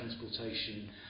transportation